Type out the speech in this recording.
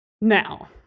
Now